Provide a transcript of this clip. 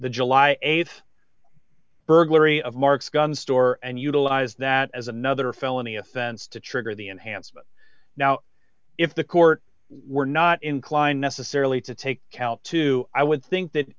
the july th burglary of mark's gun store and utilize that as another felony offense to trigger the enhancement now if the court were not inclined necessarily to take out too i would think that